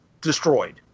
destroyed